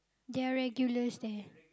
their regulars there